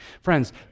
Friends